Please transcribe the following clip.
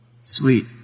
Sweet